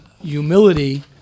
humility